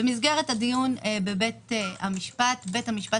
במסגרת הדיון בבית המשפט בית המשפט